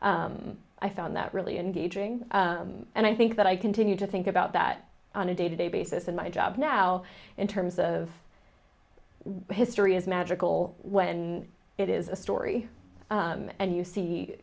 i found that really engaging and i think that i continue to think about that on a day to day basis in my job now in terms of history is magical when it is a story and you see